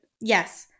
yes